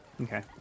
Okay